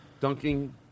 Dunking